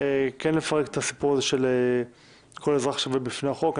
לפרק את הסיפור של כל אזרח שווה בפני החוק.